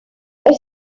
elle